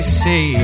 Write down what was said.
say